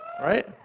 Right